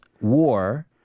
war